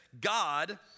God